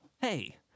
hey